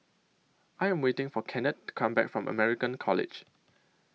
I Am waiting For Kennard Come Back from American College